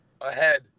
ahead